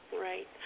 Right